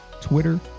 Twitter